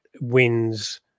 wins